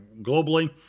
globally